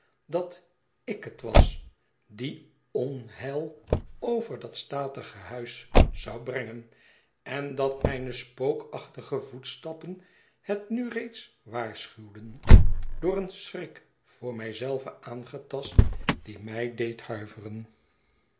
dat ik het was die onheil over dat statige huis zou brengen en dat mijne spookachtige voetstappen het nu reeds waarschuwden door een schrik voor mij zelve aangetast die mij deed huiveren